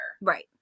Right